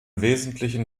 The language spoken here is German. wesentlichen